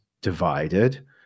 divided